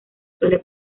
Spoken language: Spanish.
suele